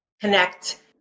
connect